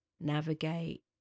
Navigate